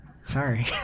Sorry